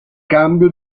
cambio